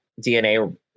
DNA